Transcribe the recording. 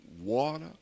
water